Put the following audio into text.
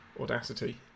Audacity